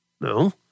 No